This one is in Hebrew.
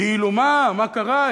כאילו מה, מה קרה?